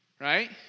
right